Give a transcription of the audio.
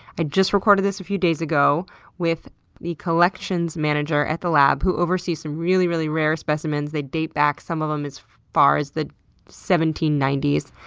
i just recorded this a few days ago with the collections manager at the lab who oversees some really, really rare specimens that date back, some of them, as far as the seventeen ninety s.